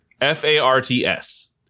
f-a-r-t-s